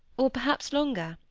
or perhaps longer.